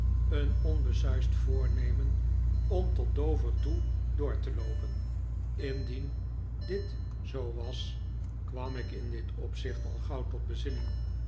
een onbesuisd voornemen om tot dover toe door te loopen indien dit zoo was kwam ik in dit opzicht al gauw tot bezinning